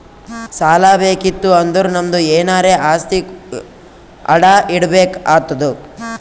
ಸಾಲಾ ಬೇಕಿತ್ತು ಅಂದುರ್ ನಮ್ದು ಎನಾರೇ ಆಸ್ತಿ ಅಡಾ ಇಡ್ಬೇಕ್ ಆತ್ತುದ್